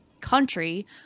country